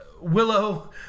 Willow